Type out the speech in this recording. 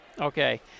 Okay